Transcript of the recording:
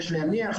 יש להניח,